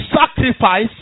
sacrifice